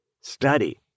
study